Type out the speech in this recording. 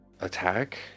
attack